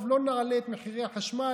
טוב, לא נעלה את מחירי החשמל.